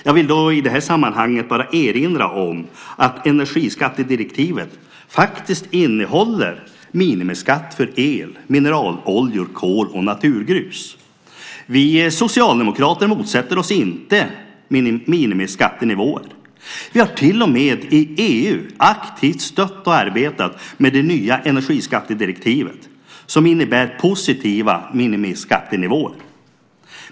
Jag vill i det sammanhanget bara erinra om att energiskattedirektivet faktiskt innehåller minimiskatt för el, mineraloljor, kol och naturgas. Vi socialdemokrater motsätter oss inte minimiskattenivåer. Vi har till och med i EU aktivt stött arbetet med det nya energiskattedirektivet som innebär positiva minimiskattenivåer.